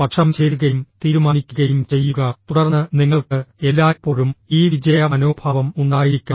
പക്ഷം ചേരുകയും തീരുമാനിക്കുകയും ചെയ്യുക തുടർന്ന് നിങ്ങൾക്ക് എല്ലായ്പ്പോഴും ഈ വിജയ മനോഭാവം ഉണ്ടായിരിക്കണം